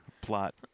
plot